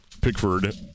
Pickford